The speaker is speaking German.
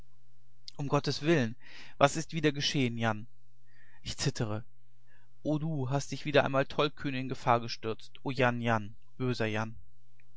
um gottes willen was ist wieder geschehen jan ich zittere o du hast dich wieder einmal tollkühn in gefahr gestürzt o jan jan böser jan